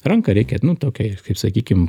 ranką reikia nu tokią kaip sakykim